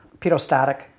Pedostatic